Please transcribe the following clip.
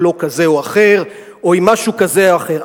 בלו כזה או אחר או עם משהו כזה או אחר.